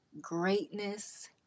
greatness